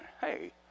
hey